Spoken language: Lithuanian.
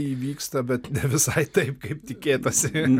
įvyksta bet ne visai taip kaip tikėtasi